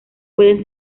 pueden